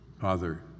Father